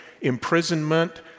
imprisonment